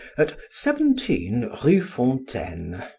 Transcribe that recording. at seventeen rue fontaine.